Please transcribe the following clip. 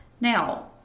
Now